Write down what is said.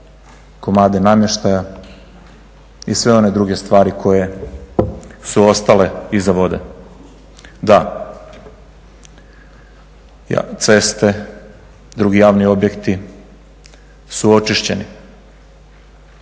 komade namještaja i sve one druge stvari koje su ostale iza vode. Da, javne ceste, drugi javni objekti su očišćeni